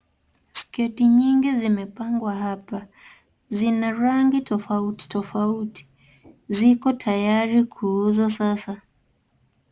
Sketi nyingi zimepangwa hapa. Zina rangi tofauti tofauti. Ziko tayari kuuzwa sasa.